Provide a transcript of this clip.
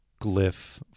glyph